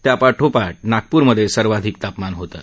त्यापाठोपाठ नागपूरमध्ये सर्वाधिक तापमान होतं